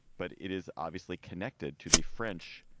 but it is obviously connected to the french,